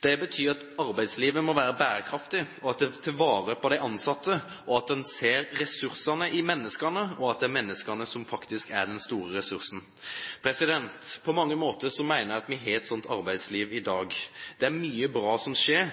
Det betyr at arbeidslivet må være bærekraftig, at en tar vare på de ansatte, og at en ser ressursene i menneskene – at det er menneskene som faktisk er den store ressursen. På mange måter mener jeg at vi har et slikt arbeidsliv i dag. Det er mye bra som skjer.